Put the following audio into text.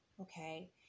okay